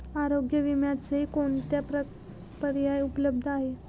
आरोग्य विम्याचे कोणते पर्याय उपलब्ध आहेत?